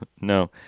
no